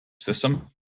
system